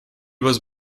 was